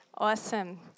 Awesome